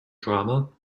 drama